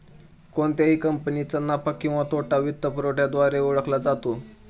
कोणत्याही कंपनीचा नफा किंवा तोटा वित्तपुरवठ्याद्वारेही ओळखला जातो